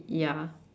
ya